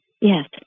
Yes